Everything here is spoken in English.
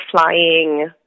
flying –